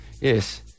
yes